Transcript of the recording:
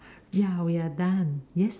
ya we are done yes